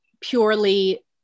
purely